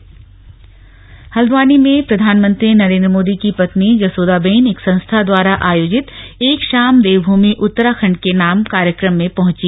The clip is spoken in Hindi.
स्लग जसोदा बेन हल्द्वानी में प्रधानमंत्री नरेंद्र मोदी की पत्नी जसोदाबेन एक संस्था द्वारा आयोजित एक शाम देवभूमि उत्तराखंड के नाम कार्यक्रम में पहुंची